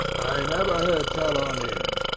i never heard tell on him,